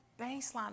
baseline